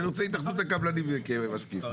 שאני רוצה שהתאחדות הקבלנים יהיה כמשקיף.